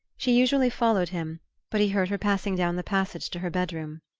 she usually followed him but he heard her passing down the passage to her bedroom.